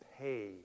pay